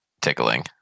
tickling